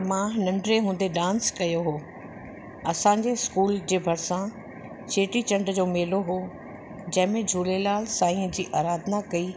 मां नंढे हूंदे डांस कयो हुओ असांजे स्कूल जे भरिसां चेटीचंड जो मेलो हुओ जंहिंमें झूलेलाल साईंअ जी अराधना कई